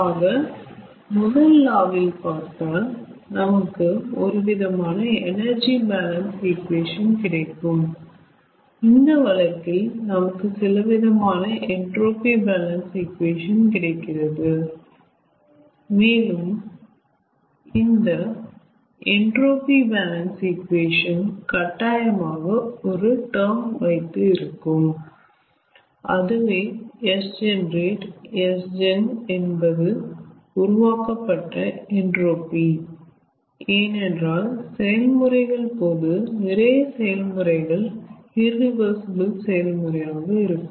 ஆக முதல் லா வில் பார்த்தால் நமக்கு ஒருவிதமான எனர்ஜி பாலன்ஸ் ஈகுவேஷன் கிடைக்கும் இந்த வழக்கில் நமக்கு சிலவிதமான என்ட்ரோபி பாலன்ஸ் ஈகுவேஷன் கிடைக்கிறது மேலும் இந்த என்ட்ரோபி பாலன்ஸ் ஈகுவேஷன் கட்டாயமாக ஒரு டேர்ம் வைத்து இருக்கும் அதுவே Sgenerate Sgen என்பது உருவாக்கப்பட்ட என்ட்ரோபி ஏனென்றால் செயல்முறைகள் போது நிறைய செயல்முறைகள் இரிவர்சிபிள் செயல்முறையாக இருக்கும்